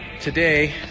Today